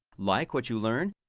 like what you learn?